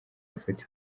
bafatiwe